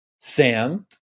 Sam